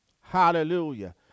Hallelujah